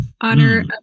Honor